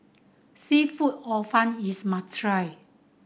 seafood Hor Fun is a must try